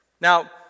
Now